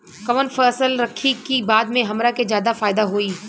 कवन फसल रखी कि बाद में हमरा के ज्यादा फायदा होयी?